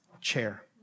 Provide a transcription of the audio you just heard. chair